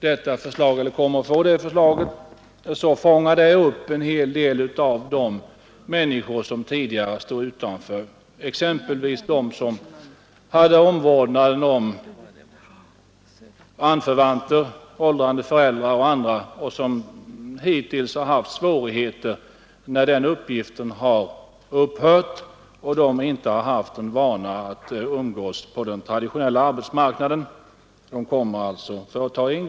Detta system fångar in en hel del av dem som tidigare befunnit sig utanför, exempelvis de som haft omvårdnaden om anförvanter, åldrande föräldrar och andra och som hittills har haft svårigheter att klara sin utkomst när den uppgiften har upphört. De har inte haft vanan att umgås på den traditionella arbetsmarknaden. Nu kommer de alltså in i systemet.